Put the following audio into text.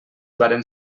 varen